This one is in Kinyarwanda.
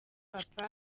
papy